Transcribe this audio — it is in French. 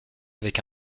avec